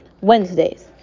Wednesdays